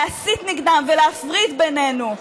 להסית נגדם ולהפריד בינינו.